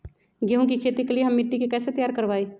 गेंहू की खेती के लिए हम मिट्टी के कैसे तैयार करवाई?